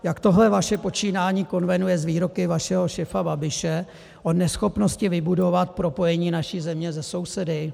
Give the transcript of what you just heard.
Jak tohle vaše počínání konvenuje s výroky vašeho šéfa Babiše o neschopnosti vybudovat propojení naší země se sousedy?